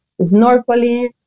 snorkeling